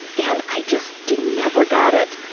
and i just didn't never got it.